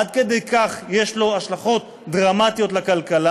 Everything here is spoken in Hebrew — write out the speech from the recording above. עד כדי כך יש לו השלכות דרמטיות על הכלכלה,